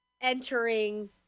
entering